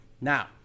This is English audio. Now